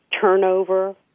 turnover